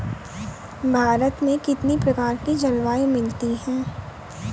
भारत में कितनी प्रकार की जलवायु मिलती है?